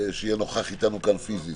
שיהיה נוכח איתנו כאן פיזית,